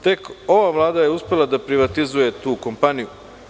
Tek ova Vlada je uspela da privatizuje tu kompaniju.